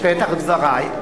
בפתח דברי.